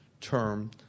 term